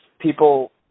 People